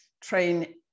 train